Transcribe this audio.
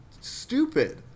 stupid